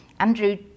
Andrew